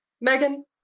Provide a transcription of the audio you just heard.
Megan